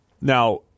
now